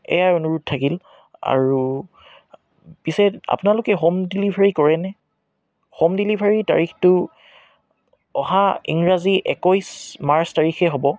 এয়াই অনুৰোধ থাকিল আৰু পিছে আপোনালোকে হোম ডেলিভাৰি কৰেনে হোম ডেলিভাৰি তাৰিখটো অহা ইংৰাজী একৈছ মাৰ্চ তাৰিখে হ'ব